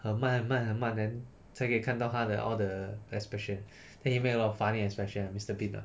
很慢很慢很慢 then 才可以看到他的 all the expression then he make a lot of funny expression uh mister bean lah